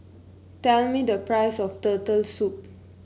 tell me the price of Turtle Soup